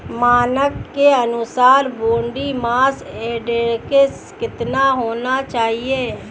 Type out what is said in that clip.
मानक के अनुसार बॉडी मास इंडेक्स कितना होना चाहिए?